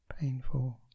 painful